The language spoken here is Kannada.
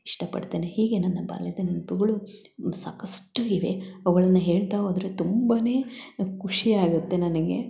ಇಷ್ಟಪಡ್ತೇನೆ ಹೀಗೆ ನನ್ನ ಬಾಲ್ಯದ ನೆನಪುಗಳು ಸಾಕಷ್ಟು ಇವೆ ಅವುಗಳನ್ನ ಹೇಳ್ತ ಹೋದ್ರೆ ತುಂಬ ಖುಷಿ ಆಗುತ್ತೆ ನನಗೆ